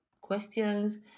questions